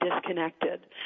disconnected